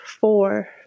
four